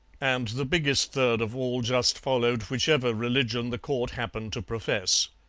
and the biggest third of all just followed whichever religion the court happened to profess.